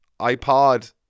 iPod